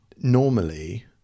normally